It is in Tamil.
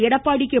எடப்பாடி கே